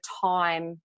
time